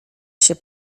się